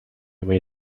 wait